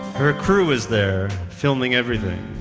her crew was there filming everything.